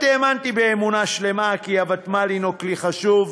בעקיפה של הוועדות המקומיות והמחוזיות,